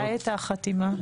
מתי הייתה החתימה?